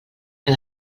que